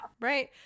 right